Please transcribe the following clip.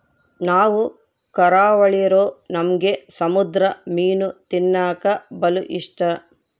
ನಾವು ಕರಾವಳಿರೂ ನಮ್ಗೆ ಸಮುದ್ರ ಮೀನು ತಿನ್ನಕ ಬಲು ಇಷ್ಟ